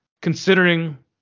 considering